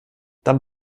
dann